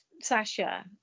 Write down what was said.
Sasha